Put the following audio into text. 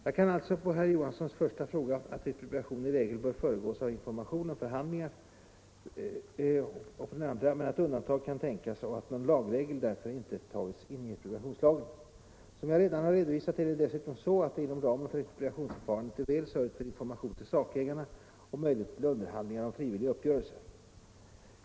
Jag kan alltså svara på herr Johanssons första fråga att expropriation i regel bör föregås av information och förhandlingar men att undantag kan tänkas och att någon lagregel därför inte tagits in i expropriationslagen. Som jag redan redovisat är det dessutom så att det inom ramen för expropriationsförfarandet är väl sörjt för information till sakägarna och möjligheter till underhandlingar om frivillig uppgörelse.